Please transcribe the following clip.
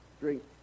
drink